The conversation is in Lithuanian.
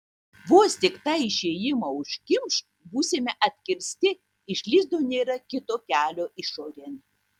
vos tik tą išėjimą užkimš būsime atkirsti iš lizdo nėra kito kelio išorėn